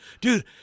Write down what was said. dude